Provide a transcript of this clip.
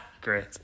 Great